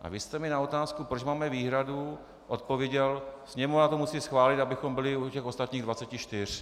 A vy jste mi na otázku, proč máme výhradu, odpověděl: Sněmovna to musí schválit, abychom byli u těch ostatních dvaceti čtyř.